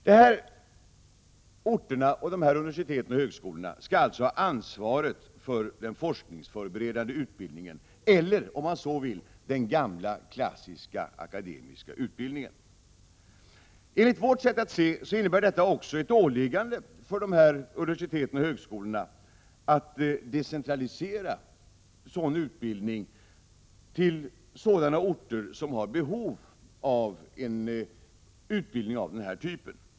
Dessa orter, universitet och högskolor skall alltså ha ansvaret för den forskarförberedande utbildningen eller, om man så vill, den gamla klassiska akademiska utbildningen. Enligt vårt sätt att se innebär detta också ett åliggande för dessa universitet och högskolor att decentralisera sådan utbildning till de orter som har behov av en utbildning av denna typ.